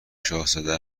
شاهزاده